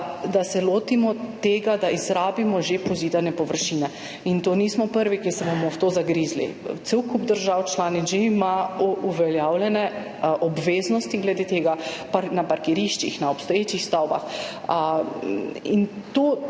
da se lotimo tega, da izrabimo že pozidane površine. Nismo prvi, ki bomo v to zagrizli, cel kup držav članic že ima uveljavljene obveznosti glede tega, na parkiriščih, na obstoječih stavbah. To